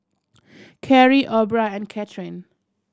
Carri Aubra and Katherin